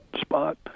spot